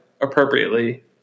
appropriately